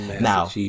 Now